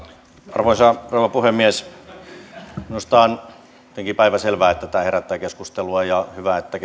arvoisa rouva puhemies minusta on tietenkin päivänselvää että tämä herättää keskustelua ja hyvä että